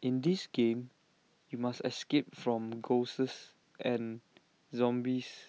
in this game you must escape from ghosts and zombies